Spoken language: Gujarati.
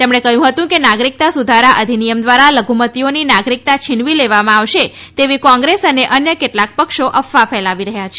તેમણે કહ્યું હતું કે નાગરિકતા સુધારો અધિનિયમ દ્વારા લઘુમતીઓની નાગરિકતા છીનવી લેવામાં આવશે તેવી કોંગ્રેસ અને અન્ય કેટલાંક પક્ષો અફવા ફેલાવી રહ્યા છે